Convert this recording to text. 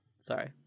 Sorry